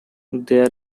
there